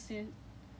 I get